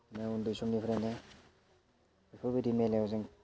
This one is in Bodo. उन्दै समनिफ्रायनो बेफोरबायदि मेलायाव जों